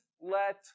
let